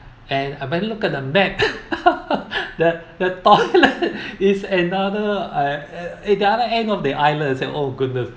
and I went in look at the map the the toilet is another uh at the other end the the toilet don't even clean okay I say oh my god